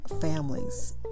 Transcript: families